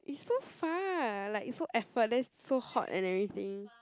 is so far like it's so effort then so hot and everything